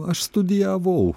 aš studijavau